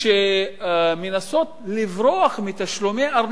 שמנסות לברוח מתשלומי ארנונה,